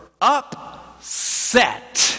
upset